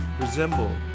resemble